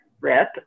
rip